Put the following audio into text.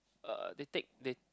uh they take they